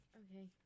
okay